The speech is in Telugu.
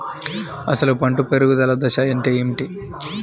అసలు పంట పెరుగుదల దశ అంటే ఏమిటి?